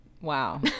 Wow